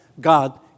God